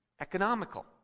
economical